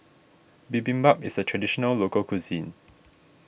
Bibimbap is a Traditional Local Cuisine